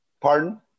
Pardon